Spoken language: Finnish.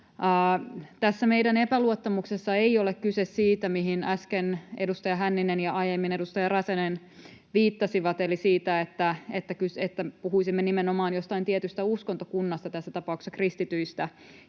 Tässä meidän epäluottamuksessa ei ole kyse siitä, mihin äsken edustaja Hänninen ja aiemmin edustaja Räsänen viittasivat, eli siitä, että puhuisimme nimenomaan jostain tietystä uskontokunnasta, tässä tapauksessa kristityistä,